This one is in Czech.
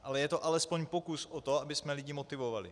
Ale je to alespoň pokus o to, abychom lidi motivovali.